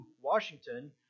Washington